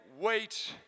wait